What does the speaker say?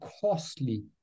costly